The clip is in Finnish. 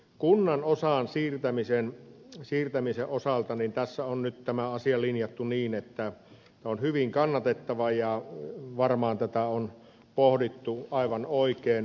kunnan osan siirtämisen osalta tässä on nyt tämä asia linjattu niin että se on hyvin kannatettavaa ja varmaan tätä on pohdittu aivan oikein